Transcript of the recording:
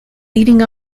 leading